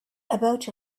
about